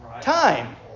time